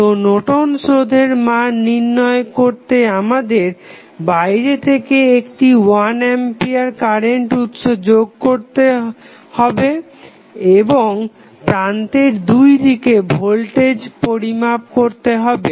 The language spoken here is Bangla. তো নর্টন'স রোধের Nortons resistance মান নির্ণয় করতে আমাদের বাইরে থেকে একটি 1 আম্পিয়ার কারেন্ট উৎস যোগ করতে হবে এবং প্রান্তের দুইদিকে ভোল্টেজ পরিমাপ করতে হবে